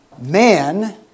Man